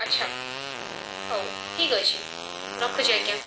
ଆଚ୍ଛା ହଉ ଠିକ୍ ଅଛି ରଖୁଛି ଆଜ୍ଞା